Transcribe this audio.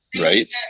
right